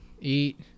eat